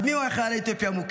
אז מיהו החייל האתיופי המוכה?